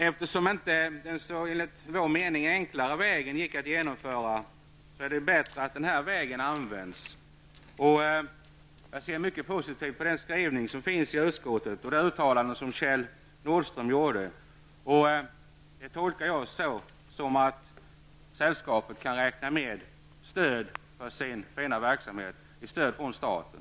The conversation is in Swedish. Eftersom inte den, enligt vår mening, enklare vägen gick att använda, är det bättre att gå utskottets väg. Jag ser mycket positivt på den skrivning som finns i utskottsbetänkandet och det uttalande som Kjell Nordström gjorde. Det tolkar jag som att sällskapet kan räkna med stöd från staten för sin fina verksamhet.